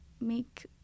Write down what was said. make